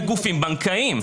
יש זכות לקרוא קריאות ביניים.